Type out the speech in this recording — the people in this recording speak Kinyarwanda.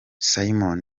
simon